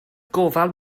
gofal